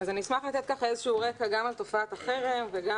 אני אשמח לתת איזשהו רקע גם על תופעת החרם וגם